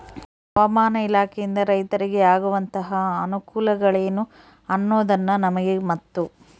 ಹವಾಮಾನ ಇಲಾಖೆಯಿಂದ ರೈತರಿಗೆ ಆಗುವಂತಹ ಅನುಕೂಲಗಳೇನು ಅನ್ನೋದನ್ನ ನಮಗೆ ಮತ್ತು?